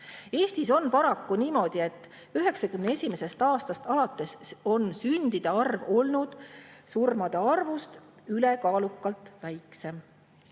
Eestis on paraku niimoodi, et 1991. aastast alates on sündide arv olnud surmade arvust ülekaalukalt väiksem.